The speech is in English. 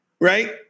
Right